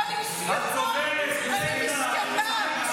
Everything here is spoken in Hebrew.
את מסכנה.